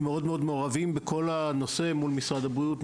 שמאוד מאוד מעורבים בכל הנושא מול משרד הבריאות,